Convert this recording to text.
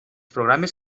programes